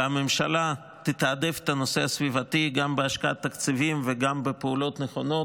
והממשלה תתעדף את הנושא הסביבתי גם בהשקעת תקציבים וגם בפעולות נכונות,